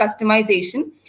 customization